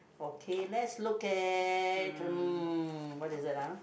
okay let's look at hmm what is that ah